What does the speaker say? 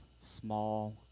small